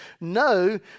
No